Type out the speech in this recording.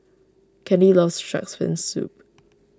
Kandy loves Shark's Fin Soup